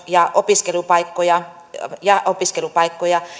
ja opiskelupaikkoja ja opiskelupaikkoja